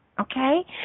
Okay